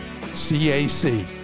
cac